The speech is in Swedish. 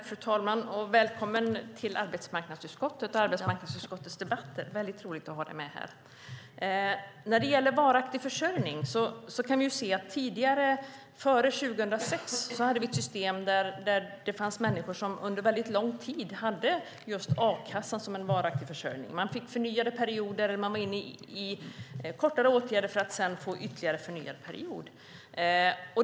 Fru talman! Välkommen till arbetsmarknadsutskottet och arbetsmarknadsutskottets debatter, Ann-Louise Hansson! Det är väldigt roligt att ha dig med här. När det gäller varaktig försörjning hade vi före 2006 ett system där det fanns människor som under lång tid hade just a-kassa som en varaktig försörjning. Man fick förnyade perioder. Man var inne i kortare åtgärder för att sedan få ytterligare en förnyad period.